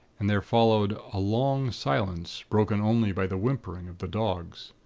and there followed a long silence, broken only by the whimpering of the dogs.